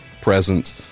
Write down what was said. presence